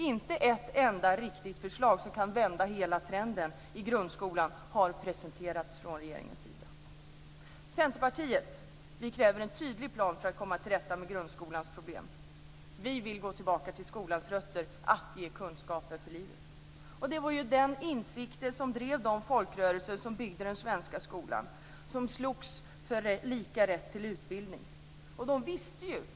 Inte ett enda riktigt förslag som kan vända hela trenden i grundskolan har presenterats från regeringens sida. Vi i Centerpartiet kräver en tydlig plan för att komma till rätta med grundskolans problem. Vi vill gå tillbaka till skolans rötter - att ge kunskaper för livet. Det var ju den insikten som drev de folkrörelser som byggde den svenska skolan, som slogs för lika rätt till lika utbildning.